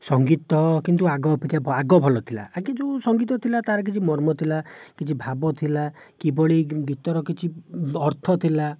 ସଙ୍ଗୀତ କିନ୍ତୁ ଆଗ ଅପେକ୍ଷା ଆଗ ଭଲ ଥିଲା ଆଗେ ଯେଉଁ ସଙ୍ଗୀତ ଥିଲା ତା'ର କିଛି ମର୍ମ ଥିଲା କିଛି ଭାବ ଥିଲା କିଭଳି ଗୀତର କିଛି ଅର୍ଥ ଥିଲା